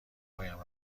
پایم